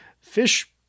Fish